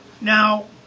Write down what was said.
Now